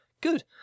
good